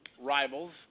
rivals